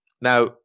Now